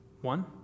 One